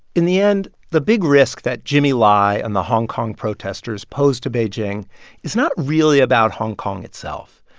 in the end, the big risk that jimmy lai and the hong kong protesters posed to beijing is not really about hong kong itself.